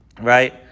Right